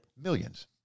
Millions